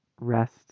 rest